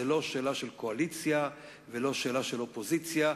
זאת לא שאלה של קואליציה ולא שאלה של אופוזיציה,